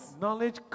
Knowledge